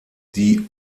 die